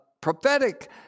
prophetic